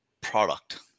product